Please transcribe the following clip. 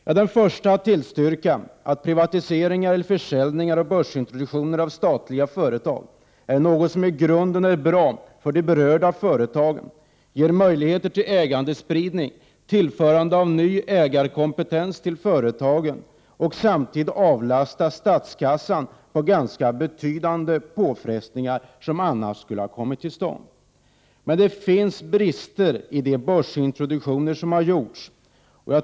Jag är den förste att tillstyrka att privatiseringar eller försäljningar och börsintroduktioner av statliga företag är något som i grunden är bra för de berörda företagen, som ger möjligheter till ägandespridning samt tillförande av ny ägarkompetens till företagen och som samtidigt kan avlasta statskassan ganska betydande påfrestningar, som annars skulle ha kommit till stånd. Men det finns brister i de börsintroduktioner som har gjorts.